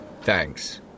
Thanks